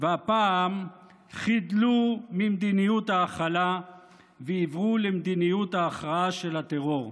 הפעם חדלו ממדיניות ההכלה ועברו למדיניות ההכרעה של הטרור.